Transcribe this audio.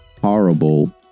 horrible